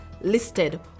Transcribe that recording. listed